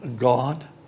God